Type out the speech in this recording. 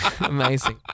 Amazing